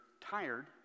tired